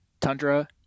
Tundra